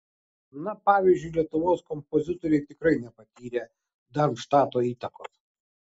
na pavyzdžiui lietuvos kompozitoriai tikrai nepatyrė darmštato įtakos